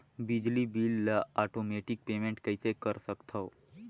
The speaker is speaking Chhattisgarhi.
बिजली बिल ल आटोमेटिक पेमेंट कइसे कर सकथव?